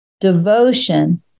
Devotion